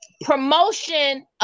Promotion